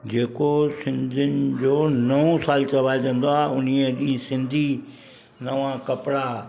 जेको सिंधीयुनि जो नओ सालु चवाइजंदो आ उन्हीअ ॾींहुं सिंधी नवा कपिड़ा